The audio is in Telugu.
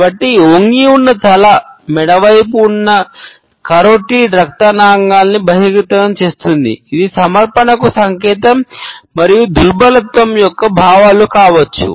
కాబట్టి వంగి ఉన్న తల మెడ వైపు ఉన్న కరోటిడ్ రక్త నాళాన్ని యొక్క భావాలు కావచ్చు